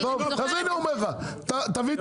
אז הנה הוא אומר לך, תביא את